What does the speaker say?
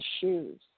shoes